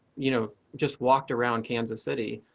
you know, just walked around kansas city